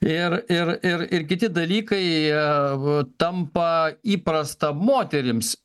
ir ir ir ir kiti dalykai jie tampa įprasta moterims